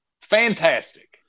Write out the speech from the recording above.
Fantastic